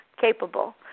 capable